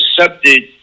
accepted